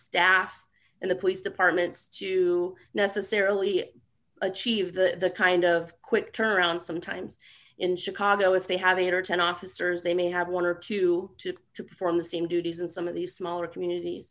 staff and the police departments to necessarily achieve the kind of quick turnaround sometimes in chicago if they have eight or ten officers they may have one or two to to perform the same duties and some of these smaller communit